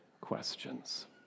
questions